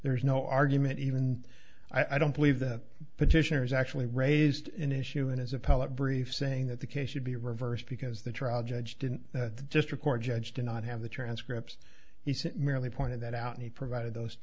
there is no argument even i don't believe that petitioners actually raised an issue in his appellate brief saying that the case should be reversed because the trial judge didn't just record judge do not have the transcripts he sent merely pointed that out and he provided those